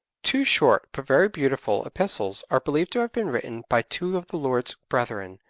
two short, but very beautiful, epistles are believed to have been written by two of the lord's brethren,